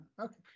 Okay